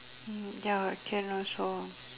mm ya can also